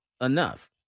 enough